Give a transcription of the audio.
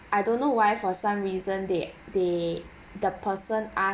I don't know why for some reason they they the person uh